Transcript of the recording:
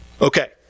Okay